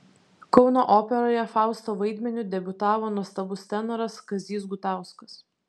kauno operoje fausto vaidmeniu debiutavo nuostabus tenoras kazys gutauskas